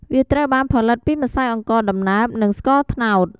វាត្រូវបានផលិតពីម្សៅអង្ករដំណើប និងស្ករត្នោត។